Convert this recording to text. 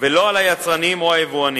ולא על היצרנים או היבואנים.